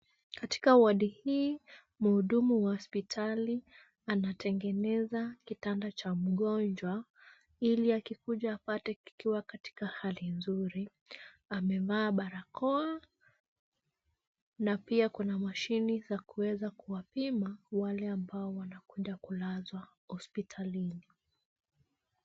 Katika wodi hii mhudumu wa hospitali anategeneza kitanda cha mgonjwa ili akikuja akipate kikiwa katika hali nzuri. Amevaa barakoa na pia kuna mashine za kuweza kuwapima wale ambao wanakuja kulazwa hospitalini.